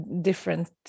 different